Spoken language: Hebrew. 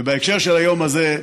ובהקשר של היום הזה,